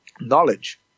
knowledge